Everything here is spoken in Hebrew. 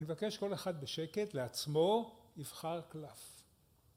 נבקש כל אחד בשקט לעצמו יבחר קלף